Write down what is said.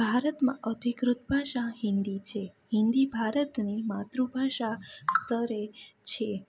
ભારતમાં અધિકૃત ભાષા હિન્દી છે હિન્દી ભારતની માતૃભાષા સ્તરે છે